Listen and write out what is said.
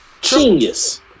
genius